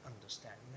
understanding